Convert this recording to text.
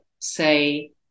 say